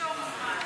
תמשוך זמן.